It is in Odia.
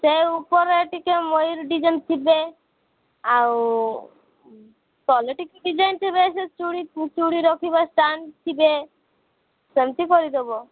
ସେ ଉପରେ ଟିକେ ମୟୁର ଡିଜାଇନ୍ ଥିବେ ଆଉ ତଲେ ଟିକେ ଡିଜାଇନ୍ ଥିବେ ସେ ଚୁଡ଼ି ଚୁଡ଼ି ରଖିବା ଷ୍ଟାଣ୍ଡ ଥିବେ ସେମିତି କରିଦେବ